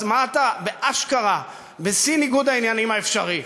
אז אתה, באשכרה, בשיא ניגוד העניינים האפשרי.